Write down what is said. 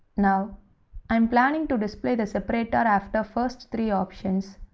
now i'm planning to display the separator after first three options.